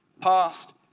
past